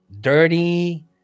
dirty